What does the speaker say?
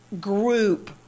group